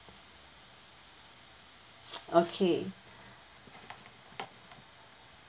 okay